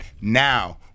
Now